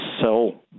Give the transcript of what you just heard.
sell